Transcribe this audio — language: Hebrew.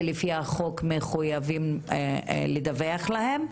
שלפי החוק, מחויבים לדווח להם.